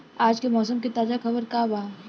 आज के मौसम के ताजा खबर का बा?